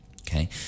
okay